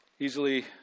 easily